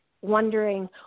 wondering